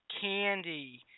candy